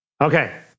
Okay